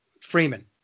Freeman